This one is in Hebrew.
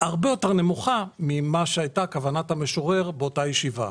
הרבה יותר נמוכה ממה שהייתה כוונת המשורר באותה ישיבה.